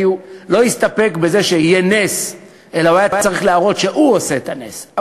כי לא הסתפק בזה שיהיה נס אלא היה צריך להראות שהוא עשה את הנס.